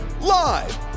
Live